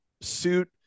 suit